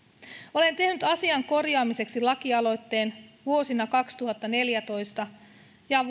olen tehnyt asian korjaamiseksi lakialoitteen vuosina kaksituhattaneljätoista ja